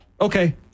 Okay